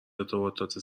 ارتباطات